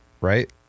right